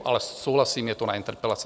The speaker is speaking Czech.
Ale souhlasím, je to na interpelace.